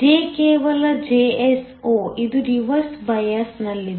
J ಕೇವಲ Jso ಇದು reverse ಬಯಾಸ್ದಲ್ಲಿದೆ